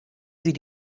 sie